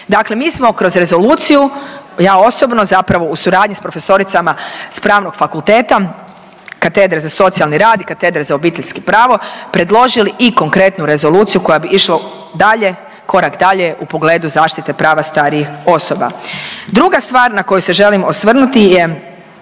Dakle mi smo kroz rezoluciju, ja osobno zapravo u suradnji s profesoricama s Pravnog fakulteta, Katedre za socijalni rad i Katedre za obiteljsko pravo, predložili i konkretnu rezoluciju koja bi išla dalje, korak dalje u pogledu zaštite prava starijih osoba. Druga stvar na koju se želim osvrnuti je